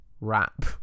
rap